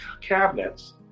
cabinets